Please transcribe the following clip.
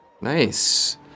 Nice